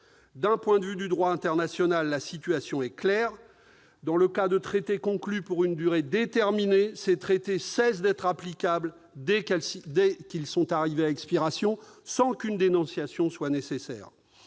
Du point de vue du droit international, la situation est claire : dans le cas de traités conclus pour une durée déterminée, ceux-ci cessent d'être applicables dès qu'ils sont arrivés à expiration, sans qu'une dénonciation soit nécessaire.